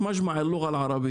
יש את ה"לורה אל ערביה",